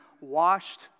washed